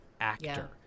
actor